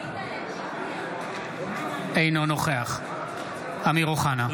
אינו נוכח אמיר אוחנה,